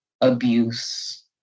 abuse